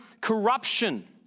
corruption